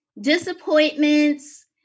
disappointments